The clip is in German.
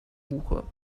buche